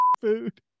food